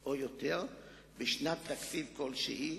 או יותר בשנת תקציב כלשהי,